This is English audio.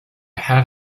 have